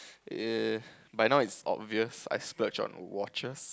eh by now it's obvious I splurge on watches